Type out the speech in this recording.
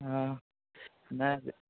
ओ नहि